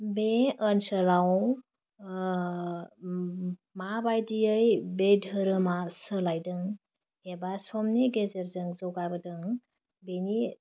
बे ओनसोलाव ओह ओम माबायदियै बे धोरोमा सोलायदों एबा समनि गेजेरजों जौगाबोदों